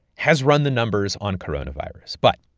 has run the numbers on coronavirus. but,